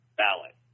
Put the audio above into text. ballot